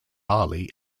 barley